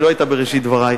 היא לא היתה בראשית דברי,